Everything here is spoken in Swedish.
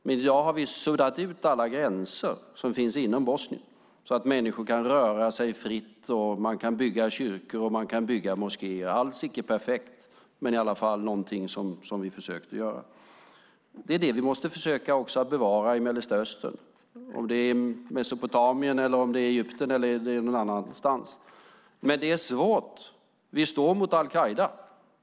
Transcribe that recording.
Men i dag har vi suddat ut alla gränser inom Bosnien så att människor kan röra sig fritt och så att man kan bygga kyrkor och moskéer. Det är alls icke perfekt, men det var i alla fall någonting som vi försökte göra. Det är det som vi också måste försöka göra i Mellanöstern, om det är Mesopotamien, om det är Egypten eller någon annanstans. Men det är svårt. Vi står mot al-Qaida.